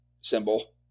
symbol